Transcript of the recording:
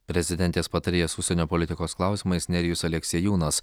prezidentės patarėjas užsienio politikos klausimais nerijus aleksiejūnas